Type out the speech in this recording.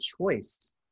choice